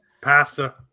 Pasta